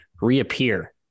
reappear